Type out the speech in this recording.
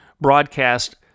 broadcast